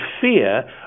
fear